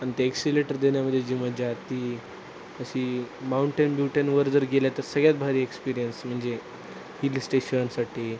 आणि ते एक्सिलेटर देण्यामध्ये जी मजा आहे ती अशी माऊंटेन बीऊंटनवर जर गेल्या तर सगळ्यात भारी एक्सपीरियन्स म्हणजे हिल स्टेशनसाठी